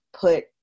put